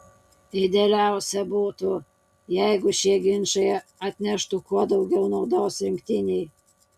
idealiausia būtų jeigu šie ginčai atneštų kuo daugiau naudos rinktinei